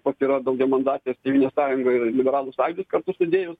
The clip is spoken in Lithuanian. tos yra daugiamandatės tėvynės sąjungoj liberalų sąjūdį kartu sudėjus